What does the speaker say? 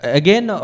again